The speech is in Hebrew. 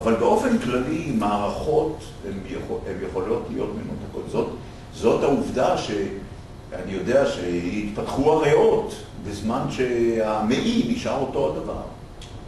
אבל באופן כללי מערכות, הן יכולות להיות מנותקות, זאת העובדה שאני יודע שהתפתחו הריאות בזמן שהמעי נשאר אותו הדבר